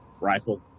rifle